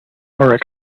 are